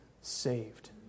saved